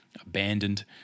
abandoned